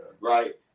right